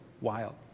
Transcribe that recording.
wild